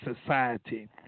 society